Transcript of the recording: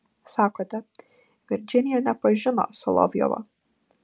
sakote virdžinija nepažino solovjovo